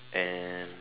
and